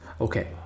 Okay